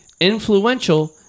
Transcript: influential